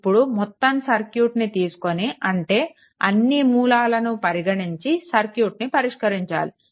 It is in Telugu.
ఇప్పుడు మొత్తం సర్క్యూట్ని తీసుకొని అంటే అన్నీ మూలాలను పరిగణించి సర్క్యూట్ని పరిష్కరించాలి